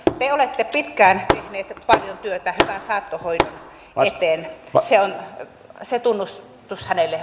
te olette pitkään tehnyt paljon työtä saattohoidon eteen se tunnustus hänelle